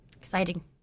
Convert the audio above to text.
exciting